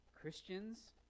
Christians